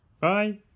Bye